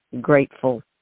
grateful